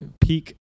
peak